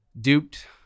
duped